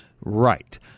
Right